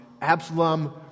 Absalom